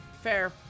Fair